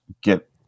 get